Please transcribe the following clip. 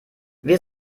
wir